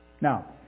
Now